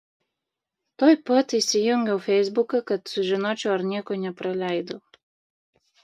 tuoj pat įsijungiau feisbuką kad sužinočiau ar nieko nepraleidau